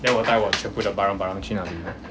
then 我带我全部的 barang-barang 去那里